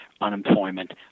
unemployment